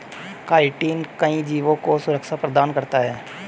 chitin कई जीवों को सुरक्षा प्रदान करता है